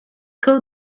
called